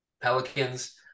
Pelicans